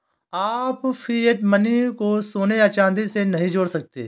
आप fiat money को सोने या चांदी से नहीं जोड़ सकते